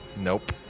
Nope